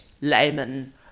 layman